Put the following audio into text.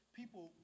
people